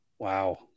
Wow